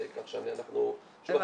כך שאנחנו -- הבנתי.